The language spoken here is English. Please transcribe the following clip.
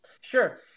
Sure